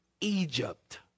Egypt